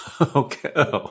Okay